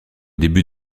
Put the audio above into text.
début